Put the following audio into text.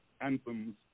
anthems